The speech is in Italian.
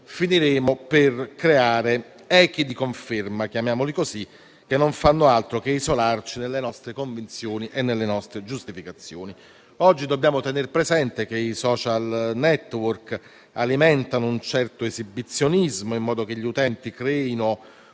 finiremo per creare echi di conferma, chiamiamoli così, che non fanno altro che isolarci nelle nostre convinzioni e nelle nostre giustificazioni. Oggi dobbiamo tener presente che i *social network* alimentano un certo esibizionismo in modo che gli utenti creino